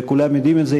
וכולם יודעים את זה,